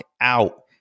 out